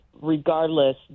regardless